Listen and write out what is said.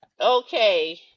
Okay